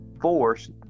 force